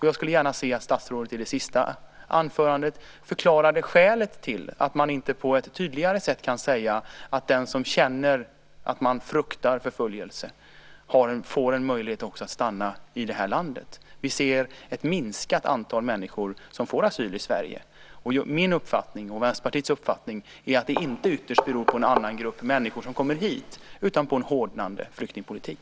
Jag skulle gärna se att statsrådet i det sista anförandet förklarade skälet till att man inte på ett tydligare sätt kan säga att de som känner att de fruktar förföljelse också får en möjlighet att stanna i det här landet. Vi ser ett minskat antal människor som får asyl i Sverige. Min och Vänsterpartiets uppfattning är att det inte ytterst beror på att en annan grupp människor kommer hit utan på en hårdnande flyktingpolitik.